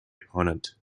opponent